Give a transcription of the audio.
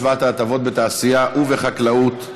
השוואת ההטבות בתעשייה ובחקלאות),